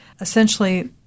essentially